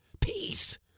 Peace